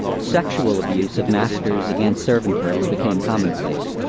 sexual abuse of masters against servant girls became commonplace.